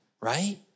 right